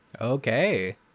Okay